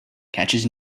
catches